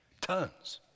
Tons